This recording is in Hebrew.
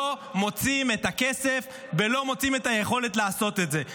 לא מוצאים את הכסף ולא מוצאים את היכולת לעשות את זה.